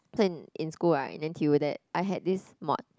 so in in school right in N_T_U that I had this mod